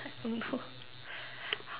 i don't know